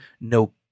no